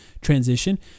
transition